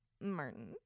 martin